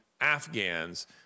Afghans